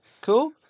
cool